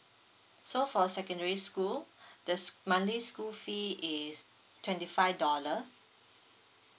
so for secondary school the monthly school fee is twenty five dollar